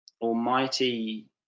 almighty